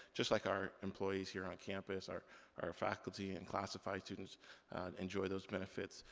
just like our employees here on campus, our our faculty and classified students enjoy those benefits.